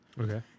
Okay